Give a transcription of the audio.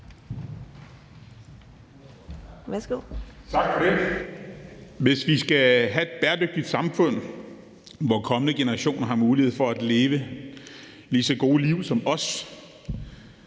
(SF): Tak for det. Hvis vi skal have et bæredygtigt samfund, hvor kommende generationer har mulighed for at leve lige så gode liv som os,